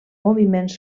moviments